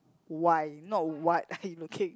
why not what are you looking